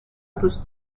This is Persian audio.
دوست